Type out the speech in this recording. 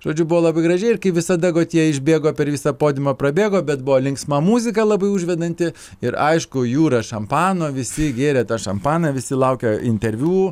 žodžiu buvo labai gražiai ir kai visada gotjė išbėgo per visą podiumą prabėgo bet buvo linksma muzika labai užvedanti ir aišku jūra šampano visi gėrė tą šampaną visi laukė interviu